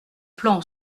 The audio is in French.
plan